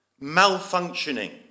Malfunctioning